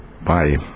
Bye